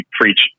preach